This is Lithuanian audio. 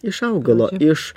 iš augalo iš